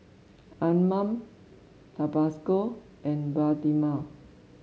Anmum Tabasco and Bioderma